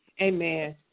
Amen